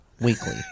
weekly